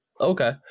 okay